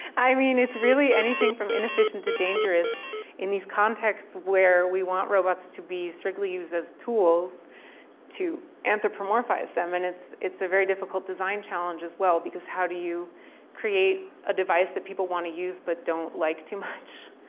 i mean, it's really anything from inefficient to dangerous in these contexts where we want robots to be strictly used as tools to anthropomorphize them. and it's it's a very difficult design challenge as well because how do you create a device that people want to use but don't like too much?